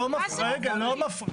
לא מפריט.